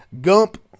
Gump